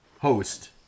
host